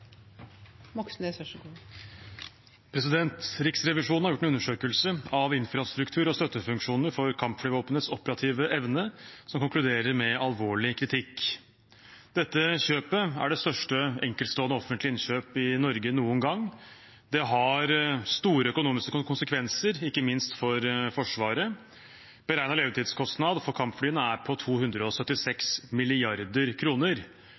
Moxnes vil si noe mer om formen på de forslagene. Representanten Freddy André Øvstegård har tatt opp det forslaget han refererte til. Riksrevisjonen har gjort en undersøkelse av infrastruktur og støttefunksjoner for kampflyvåpenets operative evne, som konkluderer med alvorlig kritikk. Dette kjøpet er det største enkeltstående offentlige innkjøpet i Norge noen gang, og det har store økonomiske konsekvenser, ikke minst for Forsvaret. Beregnet levetidskostnad for